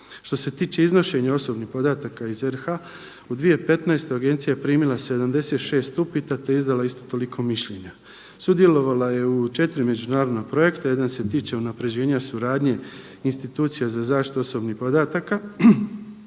Što se tiče iznošenja osobnih podataka iz RH u 2015. agencija je primila 76 upita te izdala isto toliko mišljenja. Sudjelovala je u 4 međunarodna projekta. Jedan se tiče unapređenja suradnje institucija za zaštitu osobnih podataka.